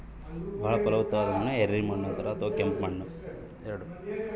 ಬಾಳ ಫಲವತ್ತಾದ ಮಣ್ಣು ಯಾವುದರಿ?